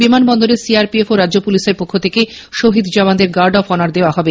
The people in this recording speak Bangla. বিমানবন্দরে সিআরপিএফ এবং রাজ্য পুলিশের পক্ষ থেকে শহীদ জওয়ানদের গার্ড অব অনার দেওয়া হবে